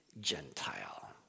Gentile